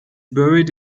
buried